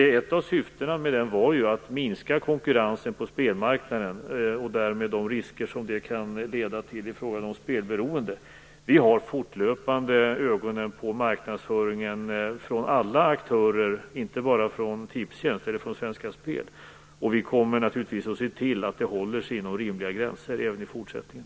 Ett av syftena med det var att minska konkurrensen på spelmarknaden och därmed de risker som det kan leda till i form av spelbereonde. Vi har fortlöpande ögonen på marknadsföringen från alla aktörer, inte bara från Tipstjänst eller från Svenska Spel. Vi kommer naturligtvis att se till att den håller sig inom rimliga gränser även i fortsättningen.